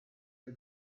the